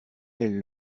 elle